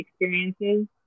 experiences